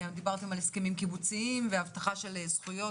דיברתם על הסכמים קיבוציים, והבטחה של זכויות,